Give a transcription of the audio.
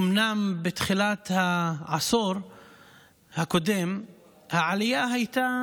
אומנם בתחילת העשור הקודם העלייה הייתה